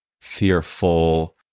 fearful